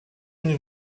une